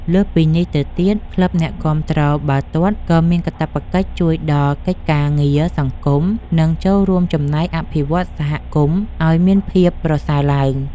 លើសពីនេះទៅទៀតក្លឹបអ្នកគាំទ្របាល់ទាត់ក៏មានកាតព្វកិច្ចជួយដល់កិច្ចការងារសង្គម និង ចូលរួមចំណែកអភិវឌ្ឍសហគមន៍ឱ្យមានភាពប្រសើរឡើង។